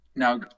Now